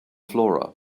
flora